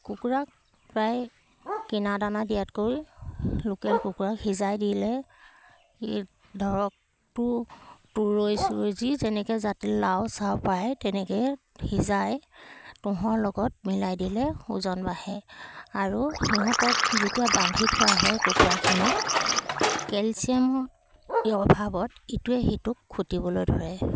কুকুৰাক প্ৰায় কিনা দানা দিয়াতকৈ লোকেল কুকুৰাক সিজাই দিলে ই ধৰক তু তুৰৈ চুৰৈ যি যেনেকৈ জাতি লাও চাও পায় তেনেকৈ সিজাই তুঁহৰ লগত মিলাই দিলে ওজন বাঢ়ে আৰু সিহঁতক যেতিয়া বান্ধি থোৱা হয় কুকুৰাখিনিক কেলচিয়াম এই অভাৱত ইটোৱে সিটোক খুটিবলৈ ধৰে